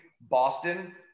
Boston